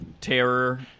terror